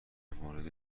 مورد